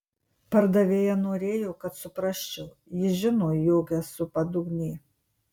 pardavėja norėjo kad suprasčiau ji žino jog esu padugnė